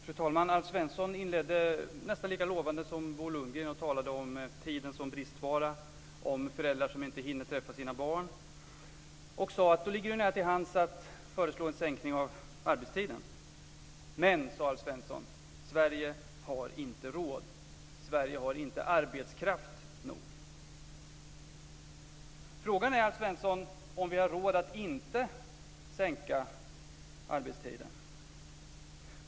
Fru talman! Alf Svensson inledde nästan lika lovande som Bo Lundgren och talade om tiden som bristvara, om föräldrar som inte hinner träffa sina barn. Han sade att då ligger det nära till hands att föreslå en sänkning av arbetstiden. Men, sade Alf Svensson, Sverige har inte råd. Sverige har inte arbetskraft nog. Frågan är, Alf Svensson, om vi har råd att inte sänka arbetstiden.